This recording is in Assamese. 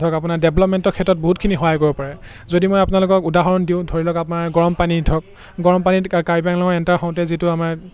ধৰি লওক আপোনাৰ ডেভলপমেণ্টৰ ক্ষেত্ৰত বহুতখিনি সহায় কৰিব পাৰে যদি মই আপোনালোকক উদাহৰণ দিওঁ ধৰি লওক আপোনাৰ গৰমপানী ধৰক গৰম পানীত কাৰ্বি আংলঙত এণ্টাৰ হওঁতে যিটো আমাৰ